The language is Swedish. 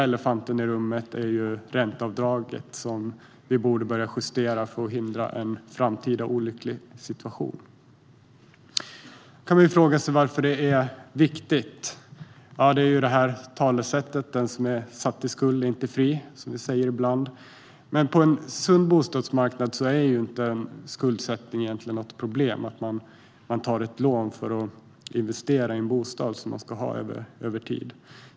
Elefanten i rummet är dock ränteavdraget, som vi borde börja justera för att förhindra en framtida olycklig situation. Man kan fråga sig varför detta är viktigt. Vi har ju talesättet "Den som är satt i skuld är inte fri", som vi säger ibland, men på en sund bostadsmarknad är skuldsättning egentligen inget problem. Det är egentligen inget problem att man tar ett lån för att investera i en bostad som man ska ha över tid.